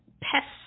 pests